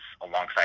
alongside